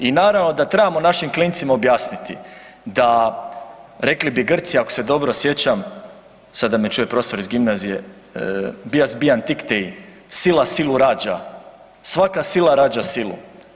I naravno da trebamo našim klincima objasniti da rekli bi Grci ako se dobro sjećam, sad da me čuje profesor iz gimnazije bia bian tiktei, sila silu rađa, svaka sila rađa silu.